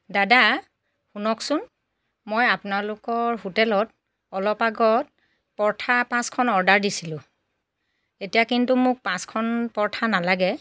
দাদা শুনকচোন মই আপোনালোকৰ হোটেলত অলপ আগত পৰঠা পাঁচখন অৰ্ডাৰ দিছিলোঁ এতিয়া কিন্তু মোক পাঁচখন পৰঠা নালাগে